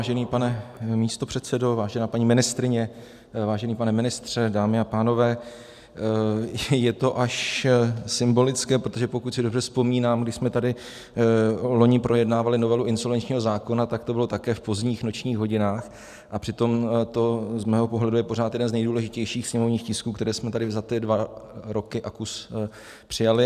Vážený pane místopředsedo, vážená paní ministryně, vážený pane ministře, dámy a pánové, je to až symbolické, protože pokud si dobře vzpomínám, když jsme tady loni projednávali novelu insolvenčního zákona, tak to bylo také v pozdních nočních hodinách, a přitom to z mého pohledu je pořád jeden z nejdůležitějších sněmovních tisků, které jsme tady za ty dva roky a kus přijali.